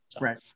Right